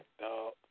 dog